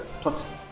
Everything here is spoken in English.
plus